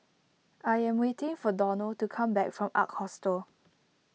I am waiting for Donal to come back from Ark Hostel